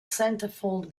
centerfold